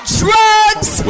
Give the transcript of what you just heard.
drugs